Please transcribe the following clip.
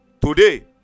Today